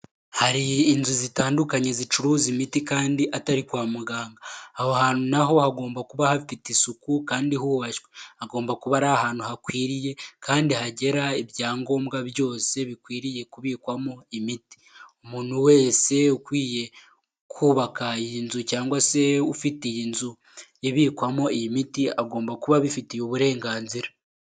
Hari inzu zitandukanye zicuruza imiti kandi atari kwa muganga, aho hantu naho hagomba kuba hafite isuku kandi hubashywe, hagomba kuba ari ahantu hakwiriye kandi hagera ibyangombwa byose bikwiriye kubikwamo imiti, umuntu wese ukwiye kubaka iyi nzu cyangwa se ufite iyi nzu ibikwamo iyi miti agomba kuba abifitiye uburenganzira.